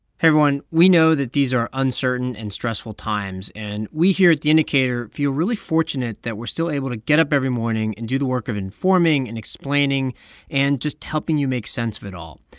hey, everyone. we know that these are uncertain and stressful times, and we here at the indicator feel really fortunate that we're still able to get up every morning and do the work of informing and explaining and just helping you make sense of it all.